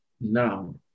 now